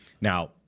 Now